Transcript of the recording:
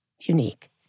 unique